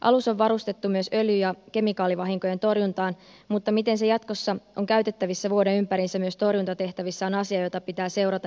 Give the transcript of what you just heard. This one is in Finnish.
alus on varustettu myös öljy ja kemikaalivahinkojen torjuntaan mutta miten se jatkossa on käytettävissä vuoden ympäri myös torjuntatehtävissä on asia jota pitää seurata